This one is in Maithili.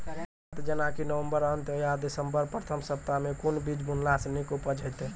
पीछात जेनाकि नवम्बर अंत आ दिसम्बर प्रथम सप्ताह मे कून बीज बुनलास नीक उपज हेते?